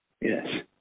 Yes